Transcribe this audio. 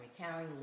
County